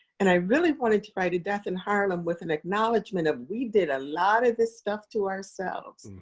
and i really wanted to write a death in harlem with an acknowledgement of we did a lot of this stuff to ourselves.